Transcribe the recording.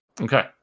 Okay